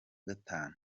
gatanu